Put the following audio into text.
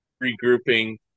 regrouping